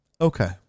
Okay